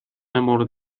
مورد